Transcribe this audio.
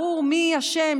ברור מי אשם,